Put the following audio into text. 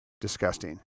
disgusting